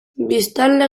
biztanle